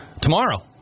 tomorrow